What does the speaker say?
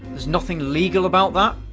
there's nothing legal about that.